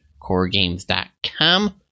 coregames.com